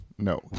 No